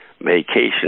vacation